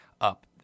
...up